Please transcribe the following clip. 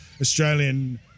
Australian